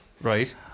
Right